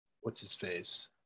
what's-his-face